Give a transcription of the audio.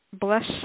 bless